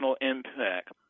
impact